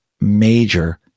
major